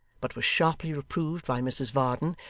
but was sharply reproved by mrs varden,